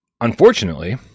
Unfortunately